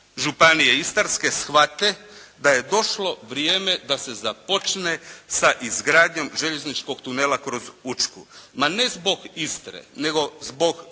Županije Istarske shvate da je došlo vrijeme da se započne sa izgradnjom željezničkog tunela kroz Učku. Ma ne zbog Istre, nego zbog